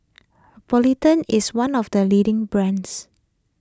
Polident is one of the leading brands